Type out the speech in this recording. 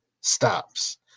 stops